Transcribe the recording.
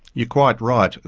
you're quite right,